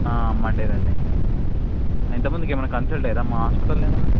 Monday రండి ఎంత మందికి ఏమైనా కన్సల్ట్ అయ్యారా మా హాస్పిటల్లో ఏమన్నా